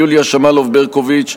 יוליה שמאלוב-ברקוביץ,